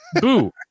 Boo